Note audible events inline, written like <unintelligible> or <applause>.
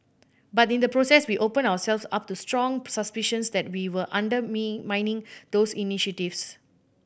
but in the process we opened ourselves up to strong suspicions that we were <unintelligible> those initiatives